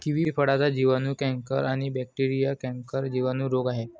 kiwi फळाचा जिवाणू canker आणि बॅक्टेरीयल कैंकर जिवाणू रोग आहे